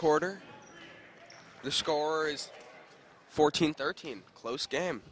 quarter the score is fourteen thirteen close game